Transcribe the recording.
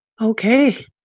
Okay